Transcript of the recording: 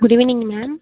good evening ma'am